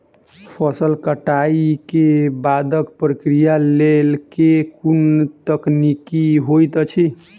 फसल कटाई केँ बादक प्रक्रिया लेल केँ कुन तकनीकी होइत अछि?